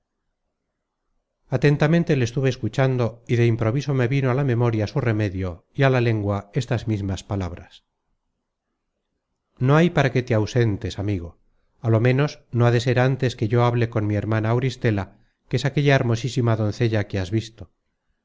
atentamente le estuve escuchando y de improviso me vino á la memoria su remedio y á la lengua estas mismas palabras no hay para que te ausentes amigo á lo menos no ha de ser antes que yo hable con mi hermana auristela que es aquella hermosísima doncella que has visto